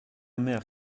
mère